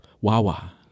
wawa